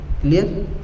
Clear